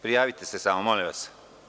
Prijavite se samo molim vas.